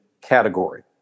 category